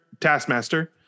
taskmaster